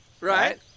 Right